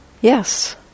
Yes